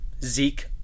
Zeke